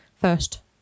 first